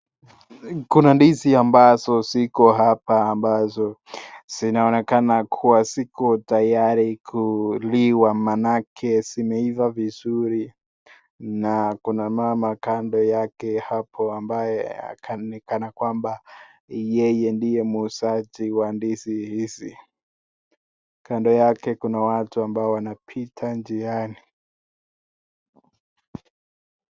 Kuna ndizi ambazo ziko hapa ambazo zinaonekana kuwa ziko tayari kuliwa maanake zimeiva vizuri. Na kuna mama kando yake hapo ambaye ni kana kwamba yeye ndiye muuzaji wa ndizi hizi. Kando yake kuna watu ambao wanapita njiani.